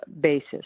basis